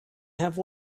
have